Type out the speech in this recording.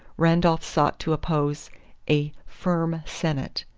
randolph sought to oppose a firm senate.